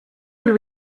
will